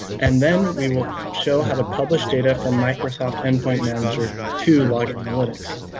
and then we will show how to publish data from microsoft endpoint manager to log analytics.